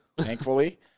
thankfully